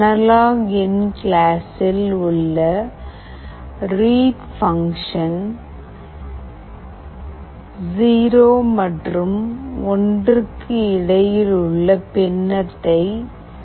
analog in கிளாஸில் உள்ள read function 0 மற்றும் 1 க்கு இடையில் உள்ள ஒரு பின்னத்தை ரிட்டன் செய்யும்